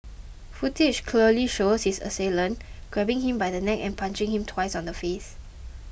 footage clearly shows his assailant grabbing him by the neck and punching him twice on the face